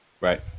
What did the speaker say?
Right